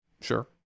sure